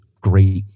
great